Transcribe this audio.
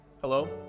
Hello